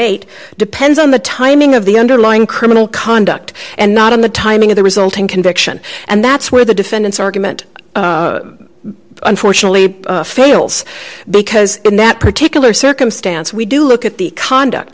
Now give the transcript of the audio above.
eight depends on the timing of the underlying criminal conduct and not on the timing of the resulting conviction and that's where the defendant's argument unfortunately fails because in that particular circumstance we do look at the conduct